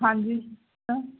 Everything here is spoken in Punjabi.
ਹਾਂਜੀ